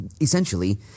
essentially